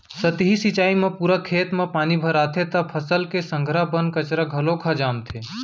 सतही सिंचई म पूरा खेत म पानी भराथे त फसल के संघरा बन कचरा घलोक ह जामथे